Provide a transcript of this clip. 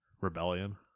Rebellion